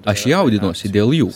aš jaudinuosi dėl jų